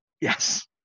Yes